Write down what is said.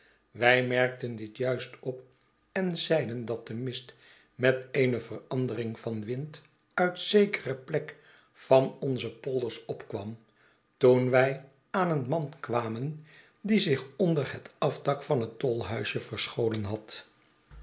wij merkten dit juist op en zeiden dat de mist met eene verandering van wind uit zekere plek van onze polders opkwam toen wij aan een man kwamen die zich onder het afdak van het tolhuisje verscholen had